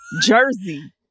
jersey